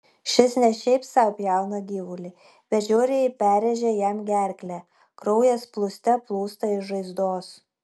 šis ne šiaip sau pjauna gyvulį bet žiauriai perrėžia jam gerklę kraujas plūste plūsta iš žaizdos